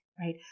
right